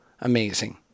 amazing